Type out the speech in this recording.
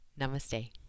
Namaste